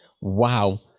Wow